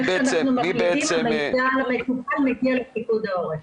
איך שאנחנו מקלידים המידע על המטופל מגיע לפיקוד העורף.